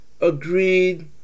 agreed